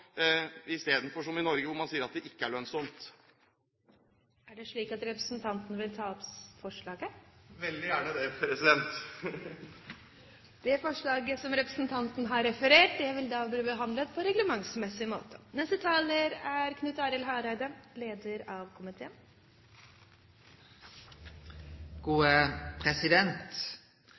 istedenfor å gjøre som i Norge, hvor man sier at de ikke er lønnsomme. Er det slik at representanten vil ta opp forslaget? Veldig gjerne det. Representanten Bård Hoksrud har tatt opp det forslaget som